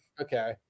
Okay